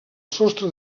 sostre